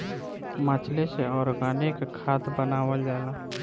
मछली से ऑर्गनिक खाद्य बनावल जाला